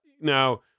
now